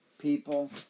people